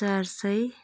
चार सय